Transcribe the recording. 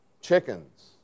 chickens